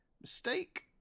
mistake